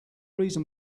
reason